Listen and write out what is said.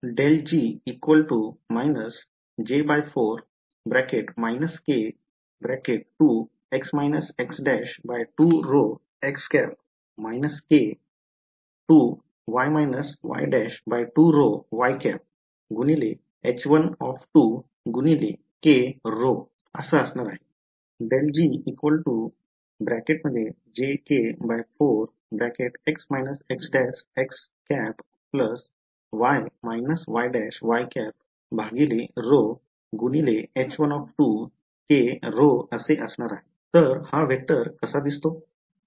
तर हा वेक्टर कसा दिसतो